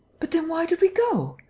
but then why did we go?